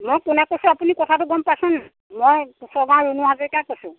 মই কোনে কৈছোঁ আপুনি কথাটো গম পাইছেনে নাই মই কোঁচৰ গাঁৱৰ ৰুণু হাজৰিকাই কৈছোঁ